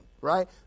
right